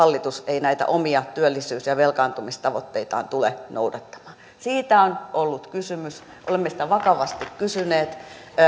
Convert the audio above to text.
hallitus ei näitä omia työllisyys ja ja velkaantumistavoitteitaan tule noudattamaan siitä on ollut kysymys olemme siitä vakavasti kysyneet